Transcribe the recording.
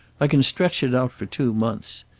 i can stretch it out for two months.